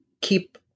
keep